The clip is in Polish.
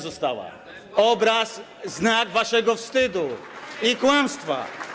Została stępka - obraz, znak waszego wstydu - i kłamstwa.